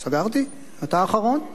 אתה אחריו, אחרון חביב.